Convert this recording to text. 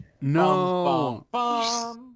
No